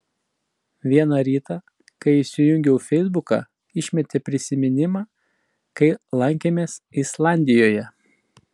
vieną rytą kai įsijungiau feisbuką išmetė prisiminimą kai lankėmės islandijoje